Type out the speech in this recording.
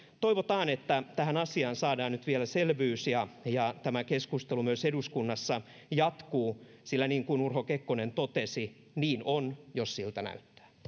toivotaan että tähän asiaan saadaan nyt vielä selvyys ja ja tämä keskustelu myös eduskunnassa jatkuu sillä niin kuin urho kekkonen totesi niin on jos siltä